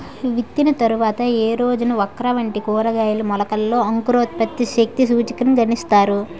విత్తిన తర్వాత ఏ రోజున ఓక్రా వంటి కూరగాయల మొలకలలో అంకురోత్పత్తి శక్తి సూచికను గణిస్తారు?